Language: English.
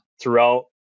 throughout